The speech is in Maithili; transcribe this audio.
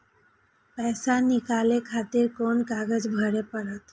पैसा नीकाले खातिर कोन कागज भरे परतें?